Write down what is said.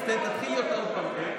אז תתחיל לי אותה עוד פעם.